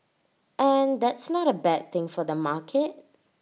and that's not A bad thing for the market